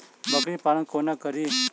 बकरी पालन कोना करि?